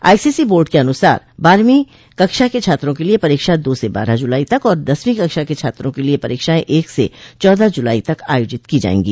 ICSE board के अनुसार बारहवों कक्षा के छात्रों के लिए परीक्षा दो से बारह जुलाई तक और दसवीं कक्षा के छात्रों के लिए परीक्षाएं एक से चौदह जुलाई तक आयोजित की जायेंगी